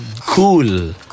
Cool